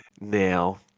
Now